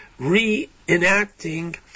reenacting